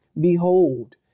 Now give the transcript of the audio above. Behold